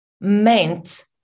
meant